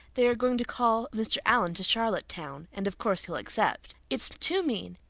they are going to call mr. allan to charlottetown and of course he'll accept. it's too mean.